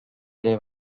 ere